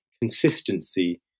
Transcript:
consistency